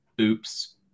Oops